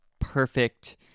perfect